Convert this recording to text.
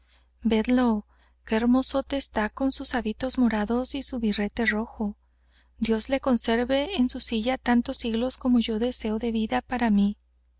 vedlo qué hermosote está con sus hábitos morados y su birrete rojo dios le conserve en su silla tantos siglos como yo deseo de vida para mí